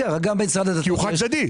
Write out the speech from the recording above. הוא חד צדדי.